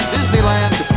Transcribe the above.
Disneyland